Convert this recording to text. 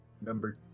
number